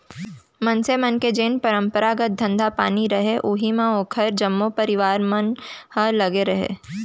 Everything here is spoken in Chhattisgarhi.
मनसे मन के जेन परपंरागत धंधा पानी रहय उही म ओखर जम्मो परवार मन ह लगे रहय